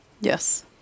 Yes